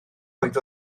oedd